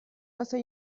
واسه